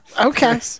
Okay